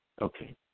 Okay